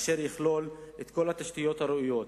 אשר יכלול את כל התשתיות הראויות,